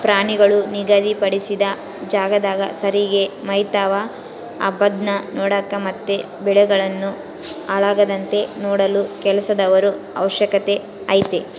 ಪ್ರಾಣಿಗಳು ನಿಗಧಿ ಪಡಿಸಿದ ಜಾಗದಾಗ ಸರಿಗೆ ಮೆಯ್ತವ ಅಂಬದ್ನ ನೋಡಕ ಮತ್ತೆ ಬೆಳೆಗಳನ್ನು ಹಾಳಾಗದಂತೆ ನೋಡಲು ಕೆಲಸದವರ ಅವಶ್ಯಕತೆ ಐತೆ